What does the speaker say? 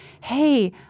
hey